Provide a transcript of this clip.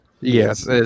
Yes